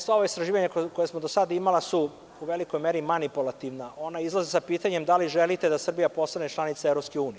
Sva ova istraživanja koja smo do sada imali, imala su u velikoj meri manipulativna, ona izlaze sa pitanjem da li želite da Srbija postane članice EU.